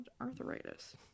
Arthritis